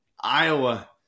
Iowa